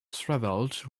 threshold